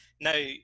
now